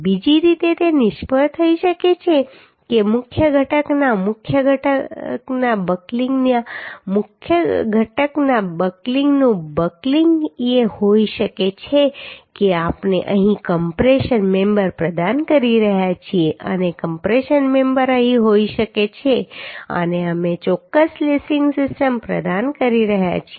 બીજી રીતે તે નિષ્ફળ થઈ શકે છે કે મુખ્ય ઘટકના મુખ્ય ઘટકના બકલીંગના મુખ્ય ઘટકના બકલીંગનું બકલીંગ એ હોઈ શકે છે કે આપણે અહીં કમ્પ્રેશન મેમ્બર પ્રદાન કરી રહ્યા છીએ અને કમ્પ્રેશન મેમ્બર અહીં હોઈ શકે છે અને અમે ચોક્કસ લેસિંગ સિસ્ટમ પ્રદાન કરી રહ્યા છીએ